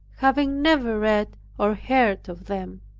having never read or heard of them.